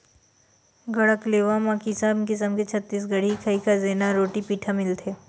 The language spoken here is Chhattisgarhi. गढ़कलेवा म किसम किसम के छत्तीसगढ़ी खई खजेना, रोटी पिठा मिलथे